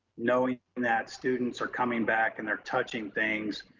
knowing that students are coming back and they're touching things,